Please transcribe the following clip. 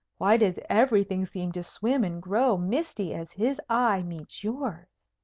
why does everything seem to swim and grow misty as his eye meets yours?